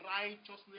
righteousness